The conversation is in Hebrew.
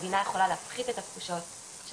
המדינה יכולה להפחית את התחושות של